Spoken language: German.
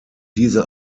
diese